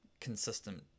consistent